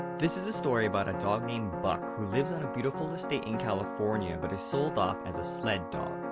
this is a story about a dog named buck who lives on a beautiful estate in california, but is sold off as a sled dog.